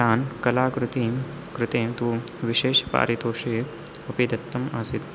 तान् कलाकृतीं कृते तु विशेषपारितोषे अपि दत्तम् आसीत्